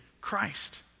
Christ